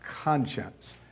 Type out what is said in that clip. conscience